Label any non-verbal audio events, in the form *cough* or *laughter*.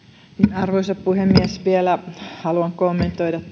arvoisa puhemies vielä haluan kommentoida *unintelligible*